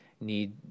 need